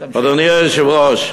אדוני היושב-ראש,